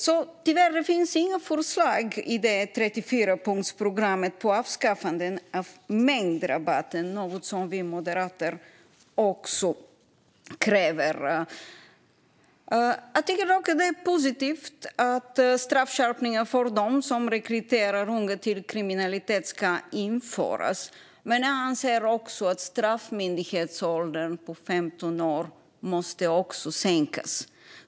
Det finns tyvärr inga förslag i 34-punktsprogrammet om avskaffande av mängdrabatten, vilket är något som vi Moderater också kräver. Jag tycker dock att det är positivt att en straffskärpning för dem som rekryterar unga till kriminalitet ska införas. Men jag anser också att straffmyndighetsåldern på 15 år måste sänkas.